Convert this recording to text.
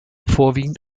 vorwiegend